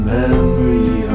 memory